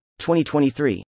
2023